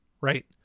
right